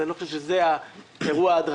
אז אני לא חושב שזה האירוע הדרמטי.